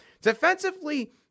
defensively